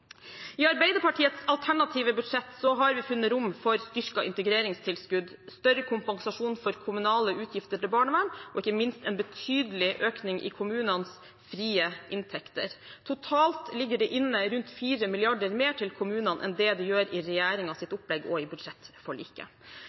I Arbeiderpartiets alternative budsjett har vi funnet rom for styrket integreringstilskudd, større kompensasjon for kommunale utgifter til barnevern og ikke minst en betydelig økning i kommunenes frie inntekter. Totalt ligger det inne rundt 4 mrd. kr mer til kommunene enn det det gjør i regjeringens opplegg og i budsjettforliket.